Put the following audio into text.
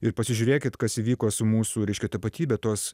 ir pasižiūrėkit kas įvyko su mūsų reiškia tapatybe tos